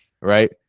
Right